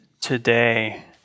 today